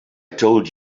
told